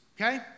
okay